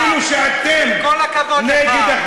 אל תטיף לנו מוסר, עם כל הכבוד לך.